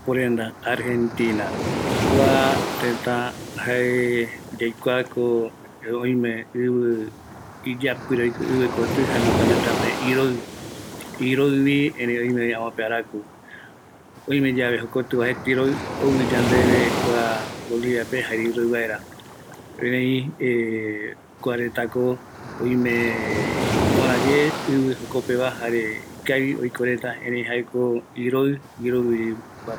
Mbaaporenda Argentina, kua tëtä jae yaikuako oime ivi iyapire, ivi iguï kotï, jaema kuape iroï, iroïve, erei oimevi amope araku, oime yave joktï iroI, ouvi yandeve kua boliviape jare iro¨vaera, erei ,,,,kuaretako oimeee, ïpöräye ivi jokopeva ikavi oikoreta, ere jaeko iroï iroï.